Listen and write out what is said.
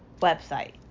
website